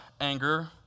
anger